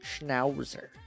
Schnauzer